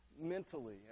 mentally